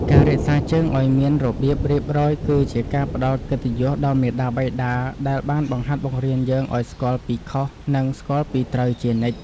ការរក្សាជើងឱ្យមានរបៀបរៀបរយគឺជាការផ្តល់កិត្តិយសដល់មាតាបិតាដែលបានបង្ហាត់បង្រៀនយើងឱ្យស្គាល់ពីខុស និង ស្គាល់ពីត្រូវជានិច្ច។